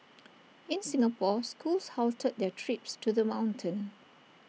in Singapore schools halted their trips to the mountain